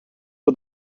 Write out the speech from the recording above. for